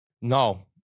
No